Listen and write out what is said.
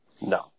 No